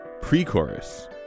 pre-chorus